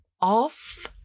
off